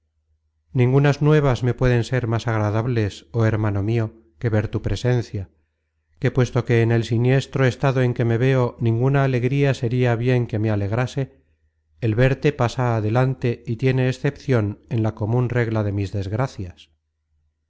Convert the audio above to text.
ningunas nuevas me pueden ser más agradables oh hermano mio que ver tu presencia que puesto que en el siniestro estado en que me veo ninguna alegría seria bien que me alegrase el verte pasa adelante y tiene excepcion en la comun regla de mis desgracias